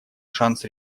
шанс